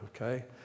okay